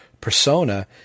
persona